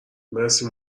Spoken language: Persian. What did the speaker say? مرسی